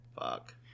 Fuck